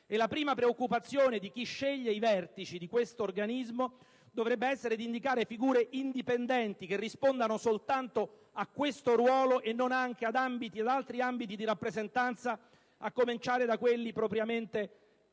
La prima preoccupazione di chi sceglie i vertici di questo organismo dovrebbe essere di indicare figure indipendenti che rispondano soltanto a questo ruolo e non anche ad altri ambiti di rappresentanza, a cominciare da quelli propriamente